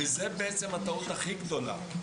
וזו הטעות הכי גדולה.